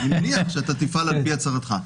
אני מניח שאתה תפעל על פי הצהרתך.